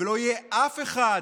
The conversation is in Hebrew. ולא יהיה אף אחד,